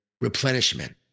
replenishment